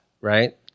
right